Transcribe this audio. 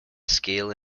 scale